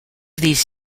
these